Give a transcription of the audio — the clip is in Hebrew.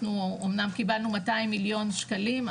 אנחנו אומנם קיבלנו 200 מיליון שקלים,